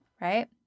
Right